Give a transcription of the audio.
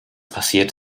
passiert